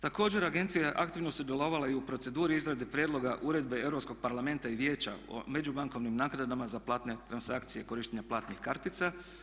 Također agencija je aktivno sudjelovala i u proceduri izrade prijedloga uredbe Europskog parlamenta i vijeća o međubankovnim nagrada za platne transakcije i korištenja platnih kartica.